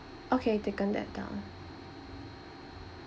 okay taken that down